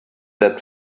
that